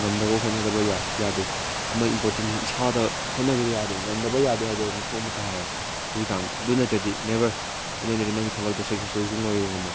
ꯉꯝꯅꯕ ꯍꯣꯠꯅꯗꯕ ꯌꯥꯗꯦ ꯑꯃ ꯏꯝꯄꯣꯔꯇꯦꯟꯁꯤ ꯏꯁꯥꯗ ꯍꯣꯠꯅꯗꯕ ꯌꯥꯗꯦ ꯉꯝꯗꯕ ꯌꯥꯗꯦ ꯍꯥꯏꯕꯗꯨ ꯃꯊꯧ ꯑꯃ ꯇꯥꯏꯌꯦꯕ ꯍꯧꯖꯤꯛꯀꯥꯟꯗꯤ ꯑꯗꯨ ꯅꯠꯇ꯭ꯔꯗꯤ ꯅꯦꯕꯔ ꯑꯗꯨ ꯅꯠꯇ꯭ꯔꯗꯤ ꯅꯪꯒꯤ ꯊꯕꯛꯇꯨ ꯁꯛꯁꯦꯁ ꯑꯣꯏꯕ ꯁꯨꯡꯉꯝꯍꯦꯛ ꯉꯝꯃꯣꯏ